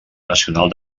nacional